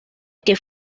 que